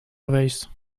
geweest